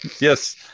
yes